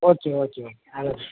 okay okay நல்லது sir